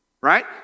right